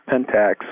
Pentax